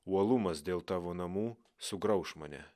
uolumas dėl tavo namų sugrauš mane